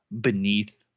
beneath